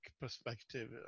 perspective